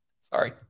Sorry